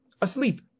asleep